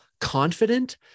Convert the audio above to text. confident